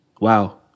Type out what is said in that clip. Wow